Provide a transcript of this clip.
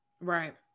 Right